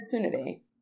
opportunity